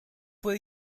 fue